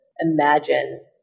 imagine